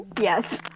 Yes